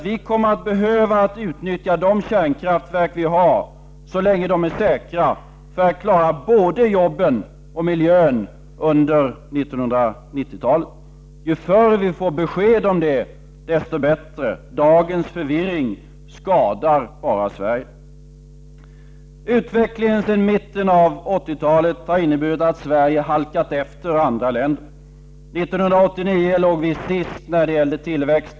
Vi kommer att behöva utnyttja de kärnkraftverk vi har så länge de är säkra för att klara både jobben och miljön under 1990-talet. Ju förr vi får besked om det, desto bättre. Dagens förvirring bara skadar Sverige. Utvecklingen sedan mitten av 1980-talet har inneburit att Sverige har halkat efter andra länder. 1989 låg vi sist när det gällde tillväxt.